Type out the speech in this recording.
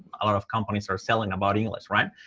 a lot of companies are selling about english, right?